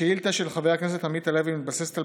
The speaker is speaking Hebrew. השאילתה של חבר הכנסת עמית הלוי מתבססת על